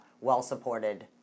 well-supported